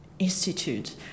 Institute